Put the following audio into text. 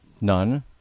none